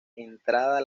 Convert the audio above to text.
entrada